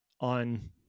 on